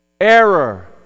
error